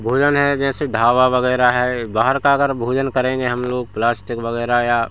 भोजन है जैसे ढाबा वग़ैरह है बाहर का अगर भोजन करेंगे हम लोग प्लास्टिक वग़ैरह या